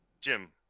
Jim